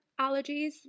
allergies